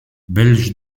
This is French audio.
belge